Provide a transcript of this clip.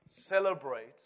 celebrate